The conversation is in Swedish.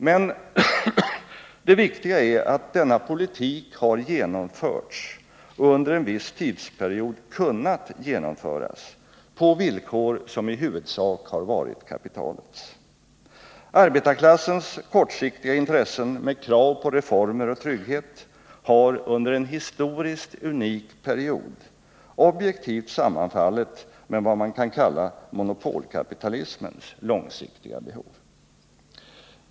Men det viktiga är att denna politik har genomförts och under en viss tidsperiod kunnat genomföras på villkor som i huvudsak har varit kapitalets. Arbetarklassens kortsiktiga intressen med krav på reformer och trygghet har under en historiskt unik period objektivt sammanfallit med vad man kan kalla monopolkapitalismens långsiktiga ”behov”.